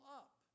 up